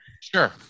sure